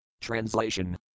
Translation